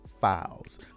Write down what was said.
files